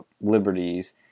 liberties